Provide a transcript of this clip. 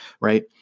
right